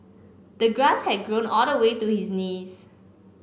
the grass had grown all the way to his knees